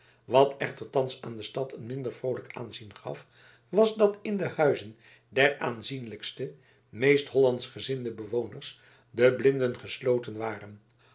wat echter thans aan de stad een minder vroolijk aanzien gaf was dat in de huizen der aanzienlijkste meest hollandschgezinde bewoners de blinden gesloten waren